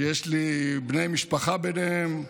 שיש לי בני משפחה ביניהם.